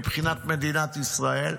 מבחינת מדינת ישראל.